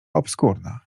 obskurna